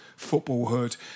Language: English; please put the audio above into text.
footballhood